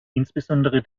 insbesondere